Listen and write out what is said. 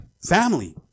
family